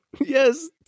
Yes